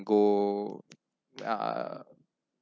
go uh